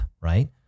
right